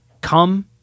come